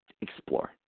explore